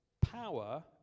power